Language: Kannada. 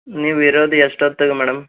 ನೀವಿರೋದು ಎಷ್ಟೊತ್ತಿಗೆ ಮೇಡಮ್